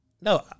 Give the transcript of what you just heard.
No